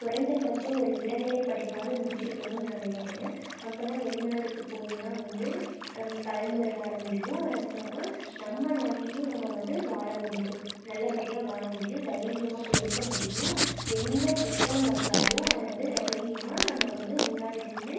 குறைந்த பட்சம் ஒரு இளநிலை படிப்பாவது முடிச்சிருக்கணும் நான் நினைக்கிறேன் அப்போ தான் வெளிநாடுக்கு போயின்லாம் வந்து அம் கலந்துரையாட முடியும் அ அப்புறமாக நம்ம நாட்டிலியும் நம்ம வந்து வாழ முடியும் நல்லபடியாக வாழ முடியும் தைரியமாக பேச முடியும் என்ன பிரச்சனை வந்தாலும் அதை வந்து தைரியமாக நம்ம வந்து முன்னாடி நின்று